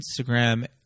Instagram